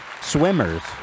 swimmers